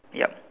yup